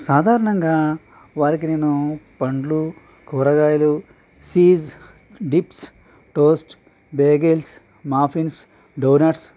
సాధారణంగా వారికి నేను పండ్లు కూరగాయలు cheese dips toast bagels muffins donuts